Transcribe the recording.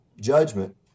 judgment